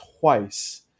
twice